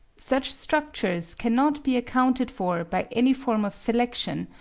such structures cannot be accounted for by any form of selection,